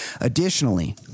Additionally